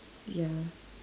yeah